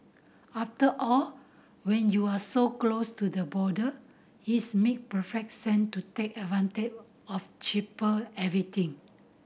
after all when you're so close to the border it's make perfect sense to take advantage of cheaper everything